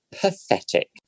pathetic